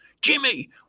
Jimmy